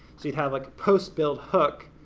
so you'd have like a postbuild hook,